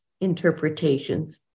interpretations